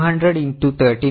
So 200 into 13